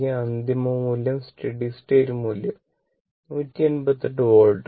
അന്തിമ മൂല്യം steady state മൂല്യം 180 വോൾട്ട് ആണ്